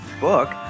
book